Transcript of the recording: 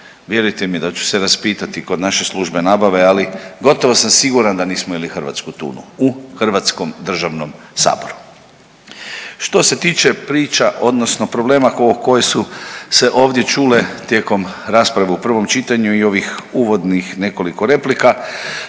vjerujte mi da ću se raspitati kod naše službe nabave, ali gotovo sam siguran da nismo jeli hrvatsku tunu u Hrvatskom državnom saboru. Što se tiče priča odnosno problema koje su se ovdje čule tijekom rasprave u prvom čitanju i ovih uvodnih nekoliko replika,